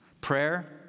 prayer